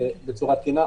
בצורה תקינה.